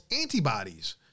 antibodies